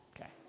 Okay